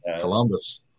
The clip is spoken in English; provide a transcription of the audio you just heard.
Columbus